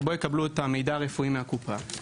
שבו יקבלו את המידע הרפואי מהקופה.